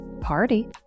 party